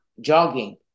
jogging